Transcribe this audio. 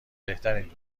بهترین